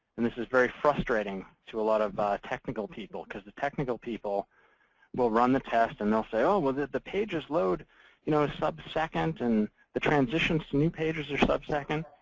and this is very frustrating to a lot of technical people. because the technical people will run the test. and they'll say, oh, well, the the pages load in you know a sub-second. and the transitions to new pages are sub-second.